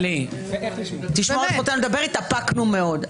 התאפקנו מאוד.